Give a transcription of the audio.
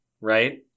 right